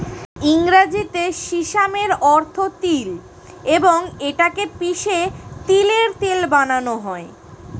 ইংরেজিতে সিসামের অর্থ তিল এবং এটা কে পিষে তিলের তেল বানানো হয়